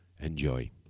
Enjoy